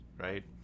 Right